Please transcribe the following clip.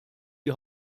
die